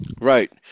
Right